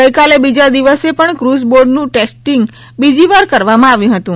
ગઈકાલે બીજે દિવસે પણ ક્રુઝબોર્ડનું ટેસ્ટિંગ બીજીવાર કરવામાં આવ્યું હતું